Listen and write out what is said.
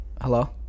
Hello